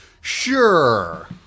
Sure